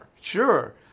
sure